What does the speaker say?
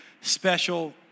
special